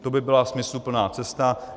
To by byla smysluplná cesta.